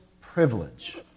privilege